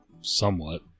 somewhat